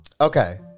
Okay